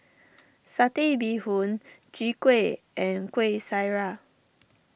Satay Bee Hoon Chwee Kueh and Kueh Syara